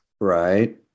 right